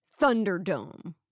Thunderdome